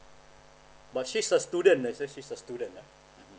but she's a student ah she is a student ah